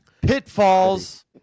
Pitfalls